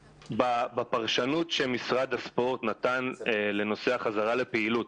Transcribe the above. בפרשנות שמשרד הספורט נתן בנושא החזרה לפעילות,